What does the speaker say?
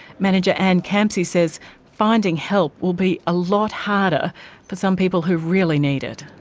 manager ann campsie says finding help will be a lot harder for some people who really need it.